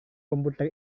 komputer